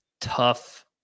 tough